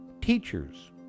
teachers